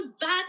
bad